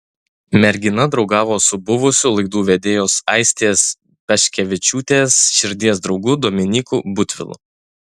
mergina draugavo su buvusiu laidų vedėjos aistės paškevičiūtės širdies draugu dominyku butvilu